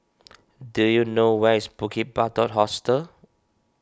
do you know where is Bukit Batok Hostel